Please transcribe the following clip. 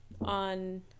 on